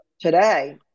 today